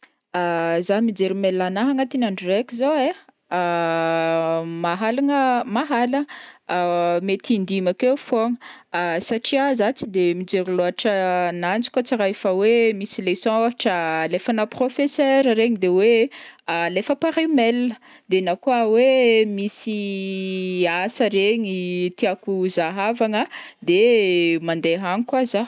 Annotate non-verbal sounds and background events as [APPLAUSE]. [HESITATION] zaho mijery email nahy agnatin'ny andro raiky zao ai, [HESITATION] mahalagna mahalagna, [HESITATION] mety in-dimy akeo fogna [HESITATION] satria zah tsy de mijery loatra ananjy kô tsy raha efa hoe misy leçons ohatra alefanà professeur regny de hoe alefa par email, de na koa hoe misy [HESITATION] asa regny tiako zahavagna de mandeha agny koa zaho.